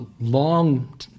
long